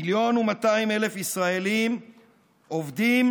1.2 מיליון ישראלים עובדים